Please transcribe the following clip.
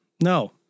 No